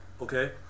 okay